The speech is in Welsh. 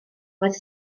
roedd